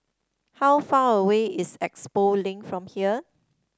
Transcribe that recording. how far away is Expo Link from here